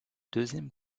deuxième